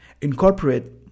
Incorporate